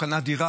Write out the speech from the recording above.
הוא קנה דירה,